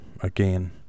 Again